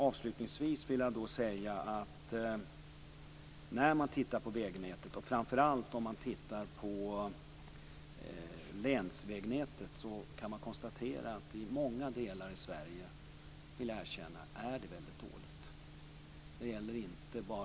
Avslutningsvis vill jag säga att när man tittar på vägnätet och framför allt om man tittar på länsvägnätet kan man konstatera att det är väldigt dåligt i många delar av Sverige, det vill jag erkänna.